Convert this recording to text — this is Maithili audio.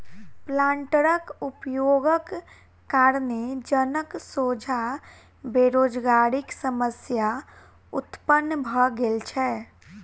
प्लांटरक उपयोगक कारणेँ जनक सोझा बेरोजगारीक समस्या उत्पन्न भ गेल छै